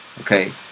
Okay